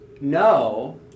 no